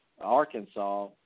Arkansas